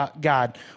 God